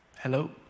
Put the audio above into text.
Hello